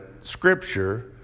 scripture